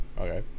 okay